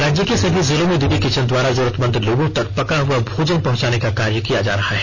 राज्य के सभी जिलों में दीदी किचन द्वारा जरूरतमंद लोगों तक पका हुआ भोजन पहँचाने का कार्य किया जा रहा है